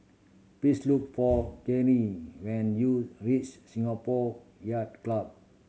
please look for Karyl when you reach Singapore Yacht Club